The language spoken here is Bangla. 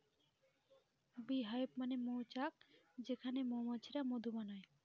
বী হাইভ মানে মৌচাক যেখানে মৌমাছিরা মধু বানায়